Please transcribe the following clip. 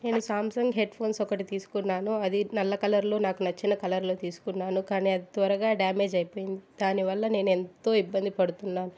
నేను Samsung headphones ఒకటి తీసుకున్నాను అది నల్ల కలర్లో నాకు నచ్చిన కలర్లో తీసుకున్నాను కానీ అది త్వరగా డ్యామేజ్ అయిపోయింది దాని వల్ల నేను ఎంతో ఇబ్బంది పడుతున్నాను